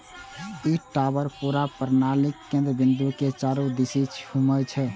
ई tower पूरा प्रणालीक केंद्र बिंदु के चारू दिस घूमै छै